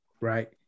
right